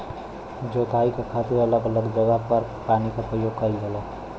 जोताई क खातिर अलग अलग जगह पर पानी क परयोग करल जाला